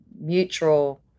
mutual